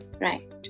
Right